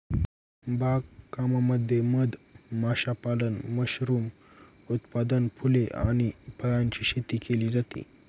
बाग कामामध्ये मध माशापालन, मशरूम उत्पादन, फुले आणि फळांची शेती केली जाते